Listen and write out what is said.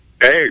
Hey